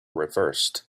reversed